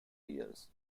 years